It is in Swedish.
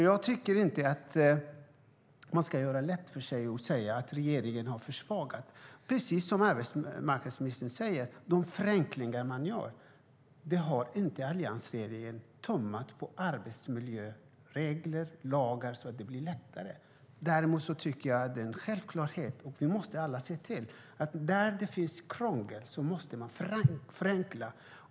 Man ska inte göra det lätt för sig och säga att regeringen har försvagat reglerna. Precis som arbetsmarknadsministern säger innebär förenklingarna inte att alliansregeringen har tummat på arbetsmiljöregler eller arbetsmiljölagar. Däremot är det självklart att där det finns krångel måste regelverket förenklas.